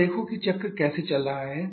बस देखो कि चक्र कैसे चल रहा है